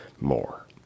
more